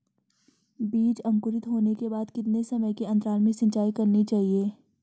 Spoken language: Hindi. बीज अंकुरित होने के बाद कितने समय के अंतराल में सिंचाई करनी चाहिए?